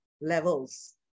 levels